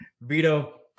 Vito